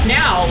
now